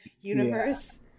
universe